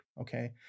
Okay